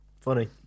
Funny